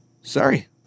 sorry